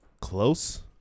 Close